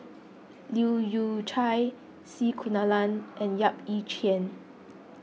Leu Yew Chye C Kunalan and Yap Ee Chian